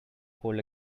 hold